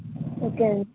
okay అండీ